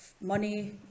money